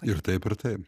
ir taip ir taip